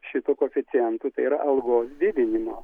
šitų koeficientų tai yra algos didinimo